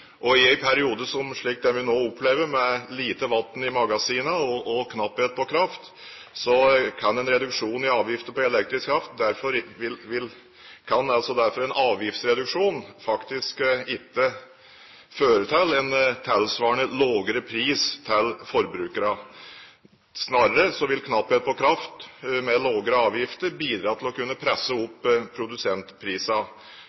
I en periode som den vi nå opplever, med lite vann i magasinene og knapphet på kraft, kan derfor en avgiftsreduksjon på elektrisk kraft faktisk ikke føre til en tilsvarende lavere pris til forbrukerne. Snarere vil knapphet på kraft med lavere avgifter bidra til å kunne presse